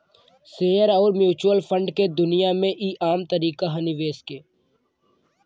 share अउर mutual fund के दुनिया मे ई आम तरीका ह निवेश के